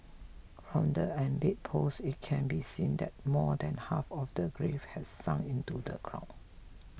from the embedded post it can be seen that more than half of the grave had sunk into the ground